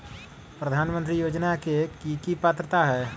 प्रधानमंत्री योजना के की की पात्रता है?